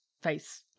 face